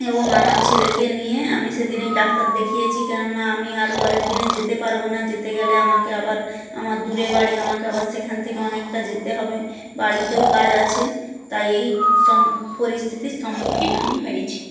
এবং আমার ছেলেকে নিয়ে আমি সেদিনেই ডাক্তার দেখিয়েছি কেননা আমি আর পরের দিনে যেতে পারবো না যেতে গেলে আমাকে আবার আমার দূরে বাড়ি আমাকে আবার সেখান থেকে অনেকটা যেতে হবে বাড়িতেও কাজ আছে তাই এই সম্ পরিস্থিতির সম্মুখীন আমি হয়েছি